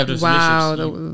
Wow